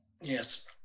Yes